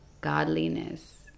godliness